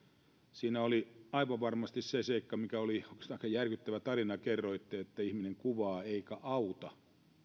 siinä oli aivan varmasti se seikka mikä oli oikeastaan aika järkyttävä tarina kun kerroitte että ihminen kuvaa eikä auta